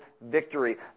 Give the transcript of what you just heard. victory